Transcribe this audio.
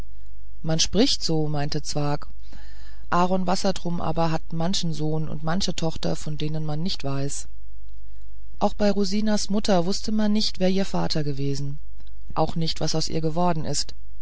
man spricht so meinte zwakh aaron wassertrum aber hat manchen sohn und manche tochter von denen man nicht weiß auch bei rosinas mutter wußte man nicht wer ihr vater gewesen auch nicht was aus ihr geworden ist